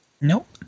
Nope